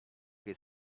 che